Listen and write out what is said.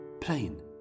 plain